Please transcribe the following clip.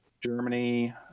Germany